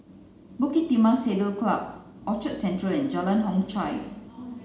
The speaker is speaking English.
Bukit Timah Saddle club Orchard Central and Jalan Hock Chye